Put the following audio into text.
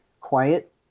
quiet